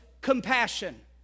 compassion